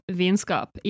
vinskap